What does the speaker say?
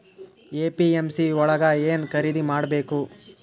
APMC ಯೊಳಗ ಏನ್ ಖರೀದಿದ ಮಾಡ್ಬೇಕು?